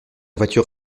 voiture